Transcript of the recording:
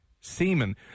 semen